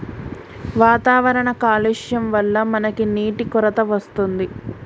వాతావరణ కాలుష్యం వళ్ల మనకి నీటి కొరత వస్తుంది